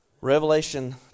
Revelation